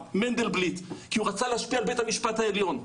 מנדלבליט אמר כי הוא רצה להשפיע על בית המשפט העליון.